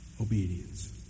obedience